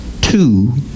two